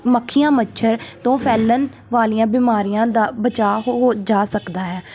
ਮੱਖੀਆਂ ਮੱਛਰ ਤੋਂ ਫੈਲਣ ਵਾਲੀਆਂ ਬਿਮਾਰੀਆਂ ਦਾ ਬਚਾਅ ਹੋ ਜਾ ਸਕਦਾ ਹੈ